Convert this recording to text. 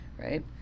right